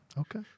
Okay